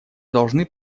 должны